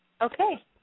Okay